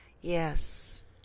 Yes